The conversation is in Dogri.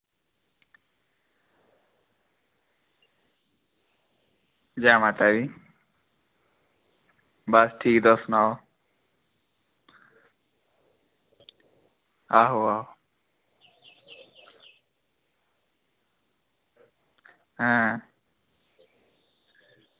जै माता दी बस ठीक तुस सनाओ आहो ऐं